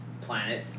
planet